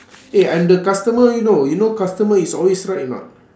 eh I'm the customer you know you know customer is always right or not